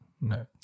No